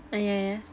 ah yeah yeah